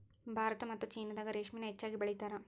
ಭಾರತಾ ಮತ್ತ ಚೇನಾದಾಗ ರೇಶ್ಮಿನ ಹೆಚ್ಚಾಗಿ ಬೆಳಿತಾರ